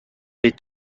est